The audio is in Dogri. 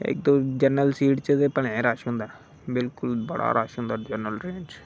ते जरनल सीट च ते भलेआं गै रश होंदा ऐ बिल्कुल बड़ा रश होंदा ऐ जरनल ट्रेन